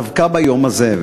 דווקא ביום הזה,